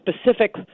specific